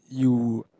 you